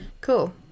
Cool